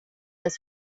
dass